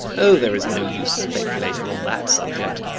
oh! there is no use speculating on that subject.